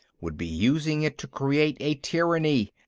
would be using it to create a tyranny.